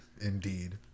Indeed